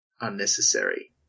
unnecessary